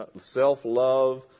Self-love